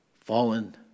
fallen